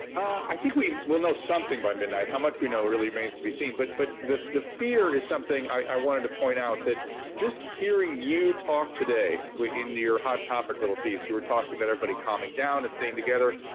i think we will know something by midnight. how much we know really remains to be seen, but but the the fear is something i wanted to point out that just hearing you talk today in your hot topic little piece, you were talking about everybody calming down and staying together,